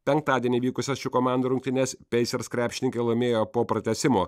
penktadienį vykusias šių komandų rungtynes peisers krepšininkai laimėjo po pratęsimo